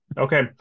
Okay